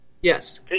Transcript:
Yes